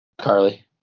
Carly